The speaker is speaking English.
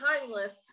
timeless